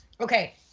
Okay